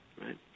right